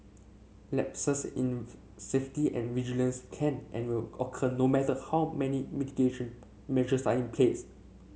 lapses in safety and vigilance can and will occur no matter how many mitigation measures are in place